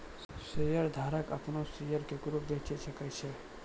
शेयरधारक अपनो शेयर केकरो बेचे सकै छै